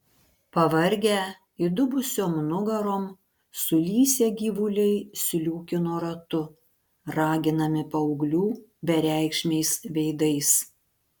pavargę įdubusiom nugarom sulysę gyvuliai sliūkino ratu raginami paauglių bereikšmiais veidais